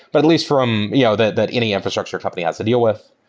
but at least from yeah that that any infrastructure company has to deal with,